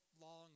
long